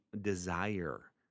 desire